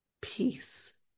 Peace